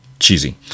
cheesy